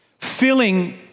filling